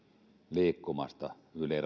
liikkumasta yli